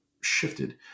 shifted